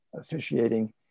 officiating